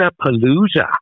Palooza